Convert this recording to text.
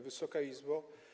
Wysoka Izbo!